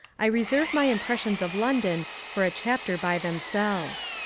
i reserve my impressions of london for a chapter by themselves.